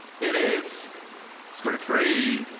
it is script three.